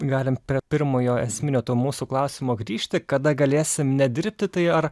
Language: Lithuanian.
galim prie pirmojo esminio to mūsų klausimo grįžti kada galėsim nedirbti tai ar